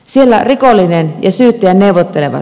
siellä rikollinen ja syyttäjä neuvottelevat